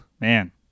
Man